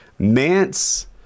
Mance